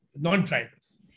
non-tribals